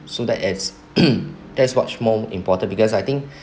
so that as that's much more important because I think